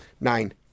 nine